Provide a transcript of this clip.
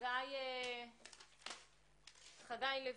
חגי לוין,